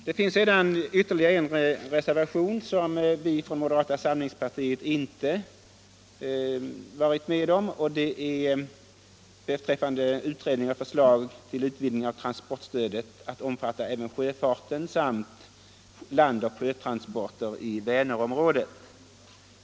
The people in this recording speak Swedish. Det finns sedan en reservation som vi från moderata samlingspartiets sida inte varit med om. Den gäller stödets eventuellt konkurrensförskjutande verkningar mellan landoch sjötransporter i Vänerområdet.